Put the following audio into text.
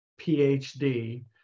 PhD